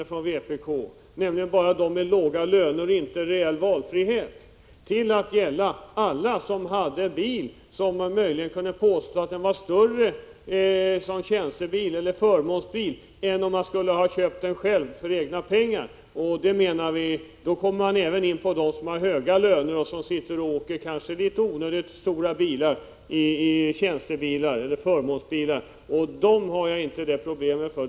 Vi ansåg att detta enbart skulle gälla de människor som har låga löner och som inte har någon reell valfrihet, medan ni ville att rätt till jämkning skulle föreligga för alla förmånstagare som kan påstå att den bil de disponerar är väsentligt större än den de annars skulle ha haft om de hade köpt en för egna pengar. Då kommer man även in på de människor som har höga löner och som åker i litet onödigt stora tjänstebilar. Dessa människor har jag inte några sympatier för.